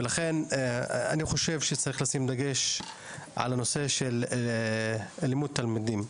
לכן חשוב לשים דגש על הנושא של לימוד שחייה לתלמידים.